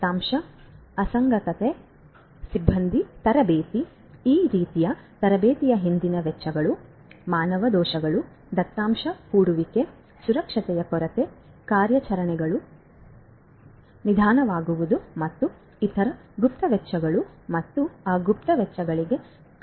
ದತ್ತಾಂಶ ಅಸಂಗತತೆ ಸಿಬ್ಬಂದಿ ತರಬೇತಿ ಈ ರೀತಿಯ ತರಬೇತಿಯ ಹಿಂದಿನ ವೆಚ್ಚಗಳು ಮಾನವ ದೋಷಗಳು ದತ್ತಾಂಶ ಹರಡುವಿಕೆ ಸುರಕ್ಷತೆಯ ಕೊರತೆ ಕಾರ್ಯಾಚರಣೆಗಳು ನಿಧಾನವಾಗುವುದು ಮತ್ತು ಇತರ ಗುಪ್ತ ವೆಚ್ಚಗಳು ಮತ್ತು ಆ ಗುಪ್ತ ವೆಚ್ಚಗಳಿಗೆ ಕಾರಣವಾಗುವುದು